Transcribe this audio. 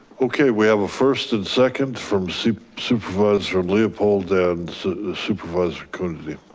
okay, we have a first and second from so supervisor um leopold. and supervisor, coonerty.